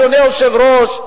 אדוני היושב-ראש,